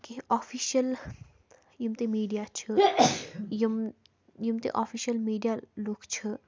کیٚنٛہہ آفِشَل یِم تہِ میٖڈیا چھِ یِم یِم تہِ آفِشَل میٖڈیا لُکھ چھِ